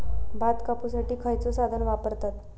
भात कापुसाठी खैयचो साधन वापरतत?